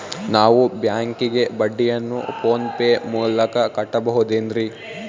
ನಾವು ಬ್ಯಾಂಕಿಗೆ ಬಡ್ಡಿಯನ್ನು ಫೋನ್ ಪೇ ಮೂಲಕ ಕಟ್ಟಬಹುದೇನ್ರಿ?